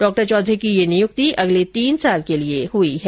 डॉ चौधरी की यह नियुक्ति अगले तीन साल के लिए हुईे है